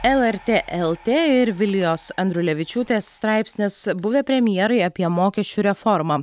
lrt lt ir vilijos andrulevičiūtės straipsnis buvę premjerai apie mokesčių reformą